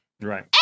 Right